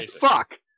Fuck